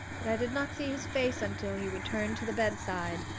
but i did not see his face until he returned to the bedside.